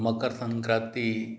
Makar Sankranti